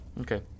Okay